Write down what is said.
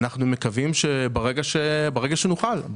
אנחנו מקווים שברגע שנוכל.